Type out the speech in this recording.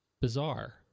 bizarre